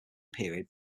period